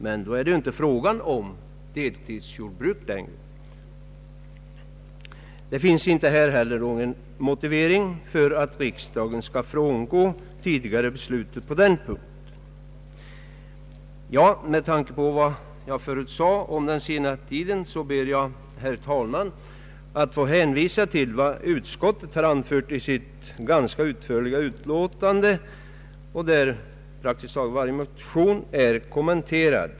Men då är det inte fråga om del tidsjordbruk längre, Det finns inte heller här någon motivering för att riksdagen skall frångå sitt tidigare beslut på denna punkt. Med tanke på vad jag förut sade om den sena tidpunkten ber jag, herr talman, att få hänvisa till vad utskottet har anfört i sitt ganska utförliga utlåtande, där praktiskt taget varje motion är kommenterad.